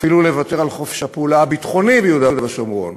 אפילו לוותר על חופש הפעולה הביטחוני ביהודה ושומרון,